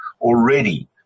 already